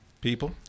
People